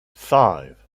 five